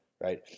right